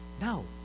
No